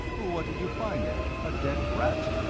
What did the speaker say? what did you find there, a dead rat?